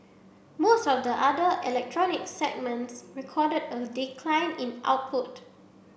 most of the other electronic segments recorded a decline in output